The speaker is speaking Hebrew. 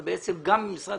שזה בעצם גם משרד